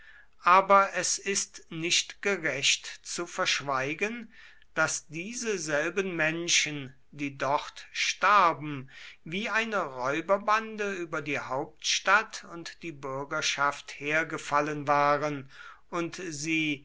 aber es ist nicht gerecht zu verschweigen daß diese selben menschen die dort starben wie eine räuberbande über die hauptstadt und die bürgerschaft hergefallen waren und sie